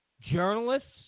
journalists